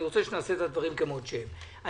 אני רוצה שנעשה את הדברים כפי שצריך.